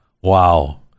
Wow